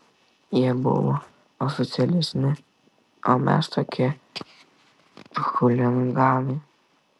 jie buvo oficialesni o mes tokie chuliganai